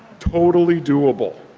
totally do-able.